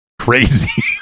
crazy